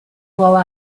while